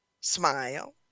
smile